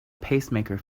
pacemaker